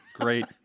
great